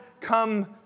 come